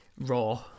raw